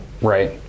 Right